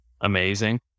amazing